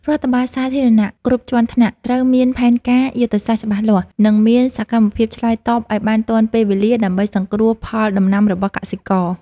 រដ្ឋបាលសាធារណៈគ្រប់ជាន់ថ្នាក់ត្រូវមានផែនការយុទ្ធសាស្ត្រច្បាស់លាស់ និងមានសកម្មភាពឆ្លើយតបឱ្យបានទាន់ពេលវេលាដើម្បីសង្គ្រោះផលដំណាំរបស់កសិករ។